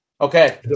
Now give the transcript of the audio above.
Okay